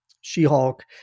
She-Hulk